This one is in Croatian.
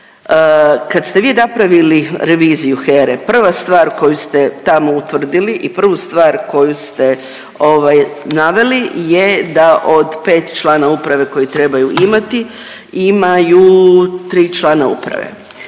kad ste vi napravili reviziju HERA-e, prva stvar koju ste tamo utvrdili i prvu stvar koju ste ovaj naveli je da od 5 člana uprave koje trebaju imati imaju 3 člana uprave.